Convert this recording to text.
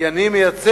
כי אני מייצג